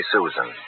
Susan